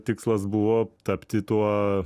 tikslas buvo tapti tuo